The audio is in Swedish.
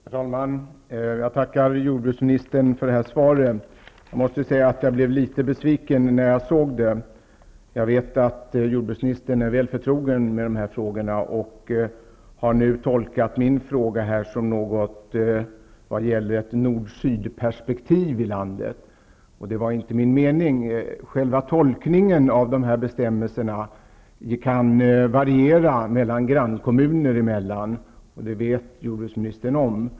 Herr talman! Jag tackar jorbruksministern för svaret. Jag blev litet besviken på svaret. Jag vet att jorbruksministern är väl förtrogen med frågorna, och han har tolkat min fråga som att jag vill göra ett nord--syd-perspektiv över landet. Det var inte min mening. Tolkningen av dessa bestämmelser kan variera mellan grannkommuner. Det vet jorbruksministern om.